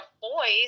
boys